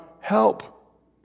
help